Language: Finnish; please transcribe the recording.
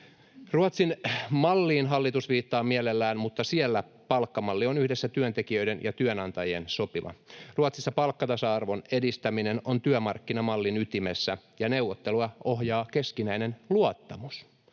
Ruotsin malliin hallitus viittaa mielellään, mutta siellä palkkamalli on työntekijöiden ja työnantajien yhdessä sopima. Ruotsissa palkkatasa-arvon edistäminen on työmarkkinamallin ytimessä, ja neuvottelua ohjaa keskinäinen luottamus.